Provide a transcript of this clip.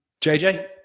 JJ